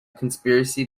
conspiracy